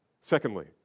Secondly